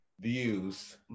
views